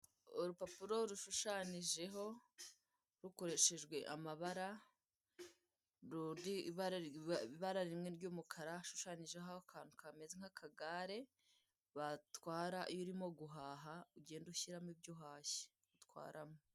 Urupapuro rushushanijeho rukoreshejwe amabara, rundi ibara rimwe ry'umukara rishushanijeho akantu kameze nk'akagare batwara iyo urimo guhaha, ugenda ushyiramo ibyo uhashye utwaramo.